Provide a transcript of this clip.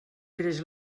creix